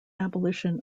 abolition